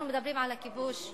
אנחנו מדברים על הכיבוש.